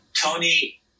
Tony